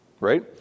right